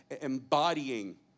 embodying